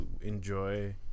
enjoy